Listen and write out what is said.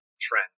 trend